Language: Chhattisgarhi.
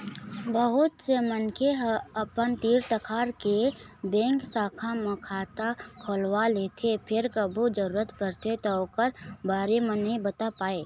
बहुत से मनखे ह अपन तीर तखार के बेंक शाखा म खाता खोलवा लेथे फेर कभू जरूरत परथे त ओखर बारे म नइ बता पावय